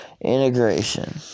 Integration